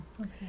okay